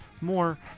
more